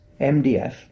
MDF